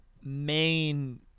main